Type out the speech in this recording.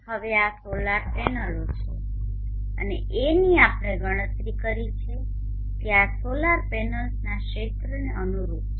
હવે આ સોલાર પેનલો છે અને Aની આપણે ગણતરી કરી છે તે આ સોલર પેનલ્સના ક્ષેત્રને અનુરૂપ છે